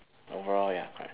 overall ya correct